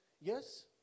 Yes